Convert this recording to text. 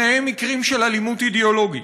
שניהם מקרים של אלימות אידיאולוגית.